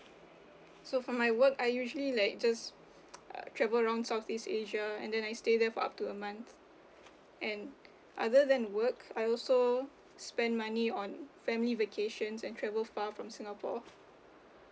so for my work I usually like just uh travel around southeast asia and then I stay there for up to a month and other than work I also spend money on family vacations and travel far from singapore